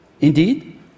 Indeed